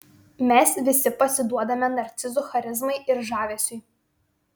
mes visi pasiduodame narcizų charizmai ir žavesiui